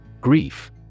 Grief